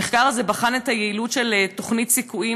המחקר הזה בחן את היעילות של תוכנית "סיכויים"